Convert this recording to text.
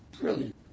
brilliant